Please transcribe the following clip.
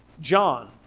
John